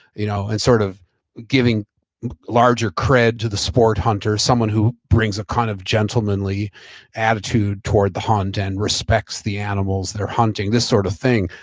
you know and sort of giving larger cred to the sport hunter. someone who brings a kind of gentlemanly attitude toward the hunt and respects the animals that are hunting, this sort of thing.